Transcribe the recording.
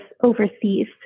overseas